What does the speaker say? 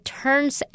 turns